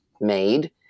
made